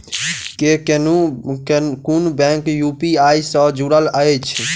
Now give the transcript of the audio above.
केँ कुन bank UPI सँ जुड़ल अछि?